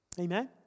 Amen